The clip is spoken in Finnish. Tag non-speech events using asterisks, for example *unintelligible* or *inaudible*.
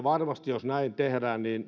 *unintelligible* varmasti jos näin tehdään